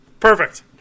Perfect